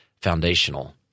foundational